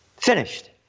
Finished